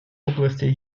области